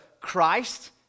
Christ